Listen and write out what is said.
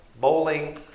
bowling